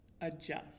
adjust